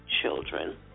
children